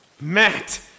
Matt